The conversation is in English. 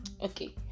Okay